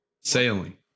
Sailing